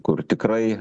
kur tikrai